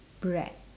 bread